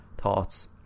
thoughts